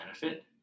benefit